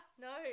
no